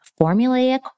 formulaic